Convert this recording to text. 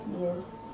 Yes